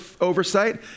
oversight